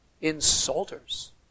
insulters